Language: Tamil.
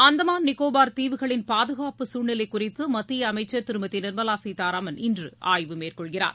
அந்தமான் நிக்கோபார் தீவுகளின் பாதுகாப்பு சூழ்நிலை குறித்து மத்திய அமைச்சர் திருமதி நிர்மலா சீதாராமன் இன்று ஆய்வு மேற்கொள்கிறார்